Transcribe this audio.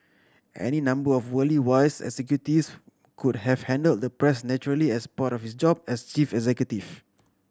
any number of worldly wise executives could have handled the press naturally as part of his job as chief executive